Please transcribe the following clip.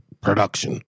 production